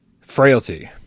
Frailty